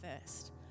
first